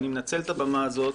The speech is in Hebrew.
אני מנצל את הבמה הזאת,